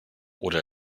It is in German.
oder